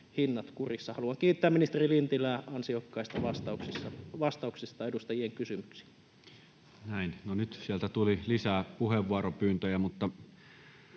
Haluan kiittää ministeri Lintilää ansiokkaista vastauksista edustajien kysymyksiin.